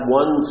one